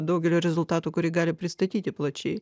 daugelio rezultatų kurį gali pristatyti plačiai